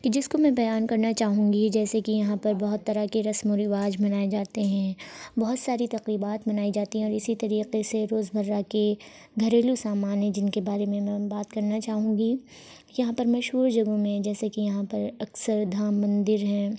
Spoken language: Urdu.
کہ جس کو میں بیان کرنا چاہوں گی جیسے کہ یہاں پر بہت طرح کے رسم و رواج منائے جاتے ہیں بہت ساری تقریبات منائی جاتی ہیں اور اسی طریقے سے روز مرہ کے گھریلو سامان ہیں جن کے بارے میں بات کرنا چاہوں گی یہاں پر مشہور جگہوں میں جیسے کہ یہاں پر اکشر دھام مندر ہے